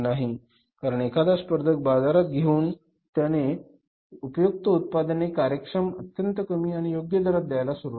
कारण एखादा स्पर्धक बाजारात येऊन त्याने उपयुक्त उत्पादने कार्यक्षम अत्यंत कमी आणि योग्य दरात द्यायला सुरुवात केली